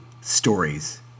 stories